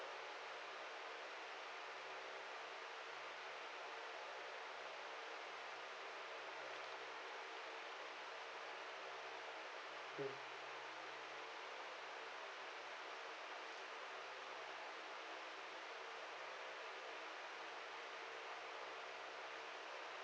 mm